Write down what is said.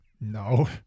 No